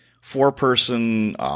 four-person